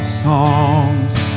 songs